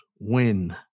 win